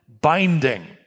binding